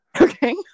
Okay